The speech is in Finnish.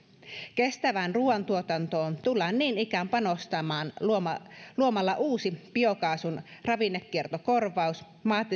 kestävään ruuantuotantoon tullaan niin ikään panostamaan luomalla luomalla uusi biokaasun ravinnekiertokorvaus